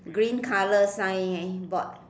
green color signboard